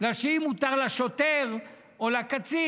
בגלל שאם מותר לשוטר או לקצין,